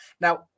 now